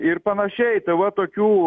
ir panašiai tai va tokių